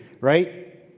right